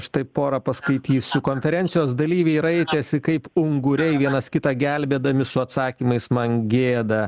štai porą paskaitysiu konferencijos dalyviai raitėsi kaip unguriai vienas kitą gelbėdami su atsakymais man gėda